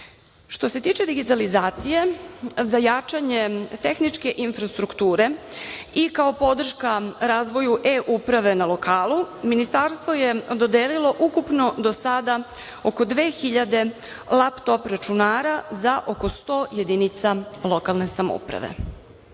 se tiče digitalizacije, za jačanje tehničke infrastrukture i kao podrška razvoju e-uprave na lokalu, Ministarstvo je dodelilo ukupno do sada oko 2000 laptop računara za oko 100 jedinca lokalne samouprave. Takođe,